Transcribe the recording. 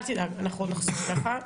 אל תדאג, אנחנו עוד נחזור אליך.